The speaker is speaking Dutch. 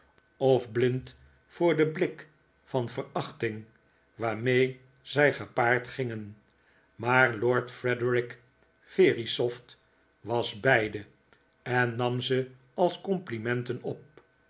of blind voor den blik van verachting waarmee zij gepaard gingen maar lord frederik verisopht was beide en nam ze als complimenten op